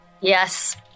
Yes